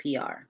PR